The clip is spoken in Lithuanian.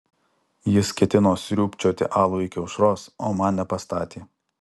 jis ketino sriūbčioti alų iki aušros o man nepastatė